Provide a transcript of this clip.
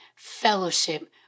Fellowship